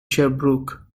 sherbrooke